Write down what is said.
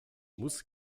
muss